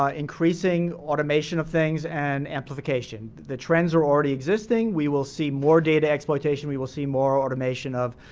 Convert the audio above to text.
ah increasing automation of things and amplification. the trends are already existing. we will see more data exploitation. we will see more automation of